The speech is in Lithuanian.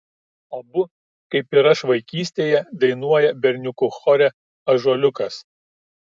abu kaip ir aš vaikystėje dainuoja berniukų chore ąžuoliukas